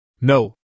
No